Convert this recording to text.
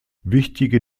wichtige